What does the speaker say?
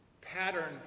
pattern